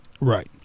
Right